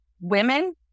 women